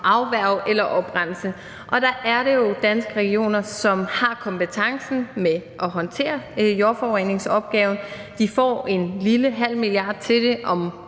afværge eller oprense. Det er jo Danske Regioner, som har kompetencen til at håndtere jordforureningsopgaven, og de får en lille halv milliard til det om